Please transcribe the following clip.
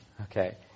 Okay